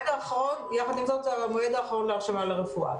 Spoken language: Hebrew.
יחד עם זאת, זה המועד האחרון להרשמה לרפואה.